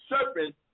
serpent